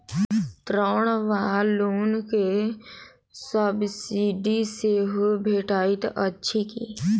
ऋण वा लोन केँ सब्सिडी सेहो भेटइत अछि की?